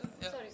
Sorry